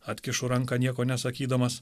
atkišu ranką nieko nesakydamas